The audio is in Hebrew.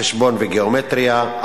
חשבון וגיאומטריה,